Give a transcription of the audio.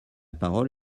parole